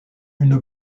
une